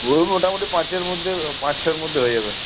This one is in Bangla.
ওই মোটামোটি পাঁচের মধ্যে পাঁচ ছয়ের মধ্যে হয়ে যাবে